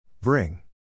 Bring